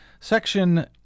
section